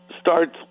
starts